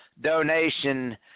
donation